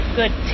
good